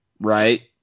right